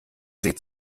seht